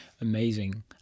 Amazing